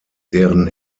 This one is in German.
deren